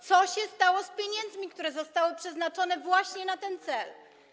Co się stało z pieniędzmi, które zostały przeznaczone właśnie na ten cel?